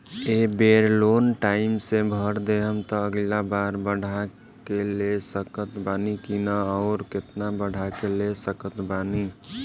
ए बेर loan time से भर देहम त अगिला बार बढ़ा के ले सकत बानी की न आउर केतना बढ़ा के ले सकत बानी?